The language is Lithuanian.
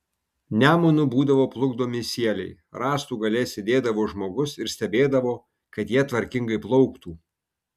nemunu būdavo plukdomi sieliai rąstų gale sėdėdavo žmogus ir stebėdavo kad jie tvarkingai plauktų